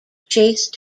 chase